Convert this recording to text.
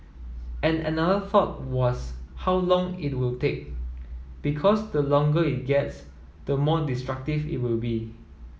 and another thought was how long it would take because the longer it gets the more destructive it will be